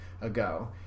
ago